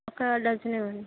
ఒక డజన్ ఇవ్వండి